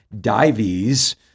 Dives